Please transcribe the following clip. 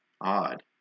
odd